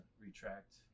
retract